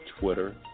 Twitter